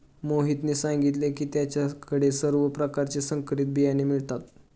मोहितने सांगितले की त्याच्या कडे सर्व प्रकारचे संकरित बियाणे मिळतात